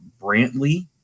Brantley